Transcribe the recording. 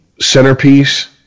centerpiece